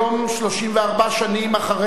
34 שנים אחרי,